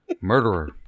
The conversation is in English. murderer